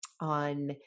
on